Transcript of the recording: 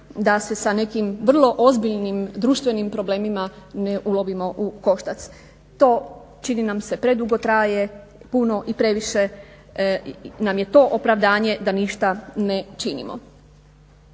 da se sa nekim vrlo ozbiljnim društvenim problemima ne ulovimo u koštac. To čini nam se predugo traje, puno i previše nam je to opravdanje da ništa ne činimo.